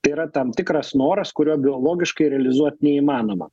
tai yra tam tikras noras kurio biologiškai realizuot neįmanoma